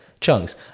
chunks